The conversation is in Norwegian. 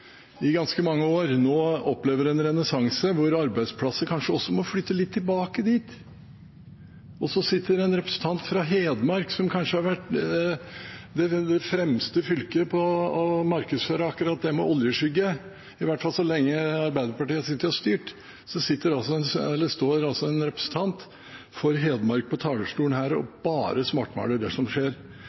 i oljeskyggen i ganske mange år, nå opplever en renessanse hvor arbeidsplasser kanskje også må flytte litt tilbake dit. Hedmark har kanskje vært det fremste fylket til å markedsføre akkurat det med det å være i oljeskyggen, i hvert fall så lenge Arbeiderpartiet satt og styrte – og nå står altså en representant for Hedmark her på talerstolen og svartmaler det som skjer.